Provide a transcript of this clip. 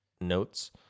notes